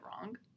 wrong